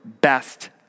best